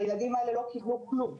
הילדים האלה לא קיבלו כלום.